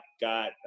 got